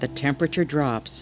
the temperature drops